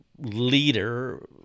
leader